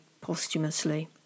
posthumously